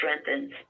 strengthens